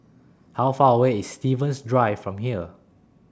How Far away IS Stevens Drive from here